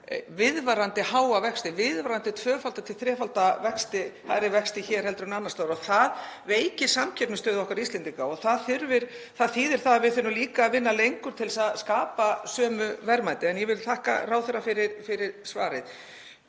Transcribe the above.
viðvarandi háa vexti, viðvarandi tvöfalda til þrefalda vexti, hærri vexti hér heldur en annars staðar. Það veikir samkeppnisstöðu okkar Íslendinga. Það þýðir líka að við þurfum að vinna lengur til þess að skapa sömu verðmæti. En ég vil þakka ráðherra fyrir svarið.